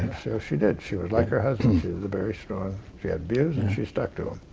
so she did. she was like her husband. she was a very strong she had views and she stuck to